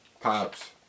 Pops